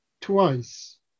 twice